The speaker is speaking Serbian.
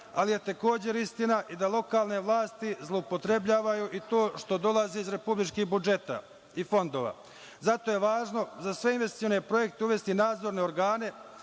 ali je takođe istina i da lokalne vlasti zloupotrebljavaju i to što dolazi iz republičkih budžeta i fondova. Zato je važno za sve investicione projekte uvesti nadzorne organe